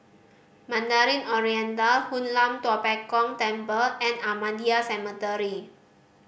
Mandarin Oriental Hoon Lam Tua Pek Kong Temple and Ahmadiyya Cemetery